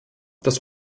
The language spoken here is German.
das